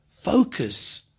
Focus